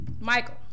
Michael